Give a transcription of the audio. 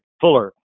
Fuller